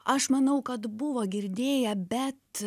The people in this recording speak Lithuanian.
aš manau kad buvo girdėję bet